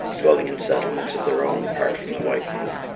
dwelling in settlements of their own apart from the white folk.